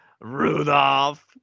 Rudolph